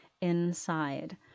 inside